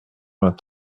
vingt